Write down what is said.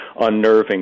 unnerving